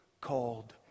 called